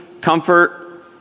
comfort